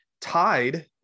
tied